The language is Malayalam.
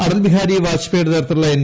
അടൽ ബിഹാരി വാജ്പേയിയുടെ നേതൃത്വത്തിലുള്ള എൻ